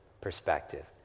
perspective